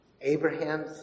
Abraham